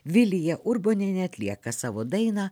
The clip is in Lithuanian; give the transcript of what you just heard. vilija urbonienė atlieka savo dainą